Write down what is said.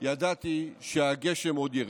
ידעתי שהגשם עוד ירד".